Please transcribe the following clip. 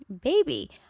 baby